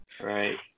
Right